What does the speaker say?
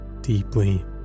Deeply